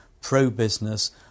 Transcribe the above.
pro-business